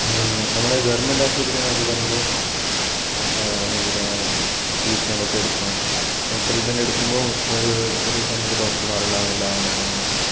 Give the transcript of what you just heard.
നമ്മളുടെ ഗവർമെന്റ് ആശുപത്രി എന്നൊക്കെ പറയുമ്പോൾ അവിടെ പോകില്ല ട്രീറ്റ്മെൻറ് ഒക്കെ എടുക്കണം ട്രീറ്റ്മെൻറ് എടുക്കുമ്പോൾ ഒരു ഒരു സമയത്ത് ഡോക്ടർമാര് ഉണ്ടാകുന്നില്ല അങ്ങനെ അങ്ങനെ